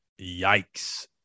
Yikes